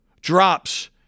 Drops